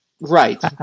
Right